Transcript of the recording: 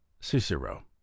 cicero